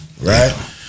right